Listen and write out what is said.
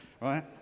right